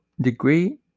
degree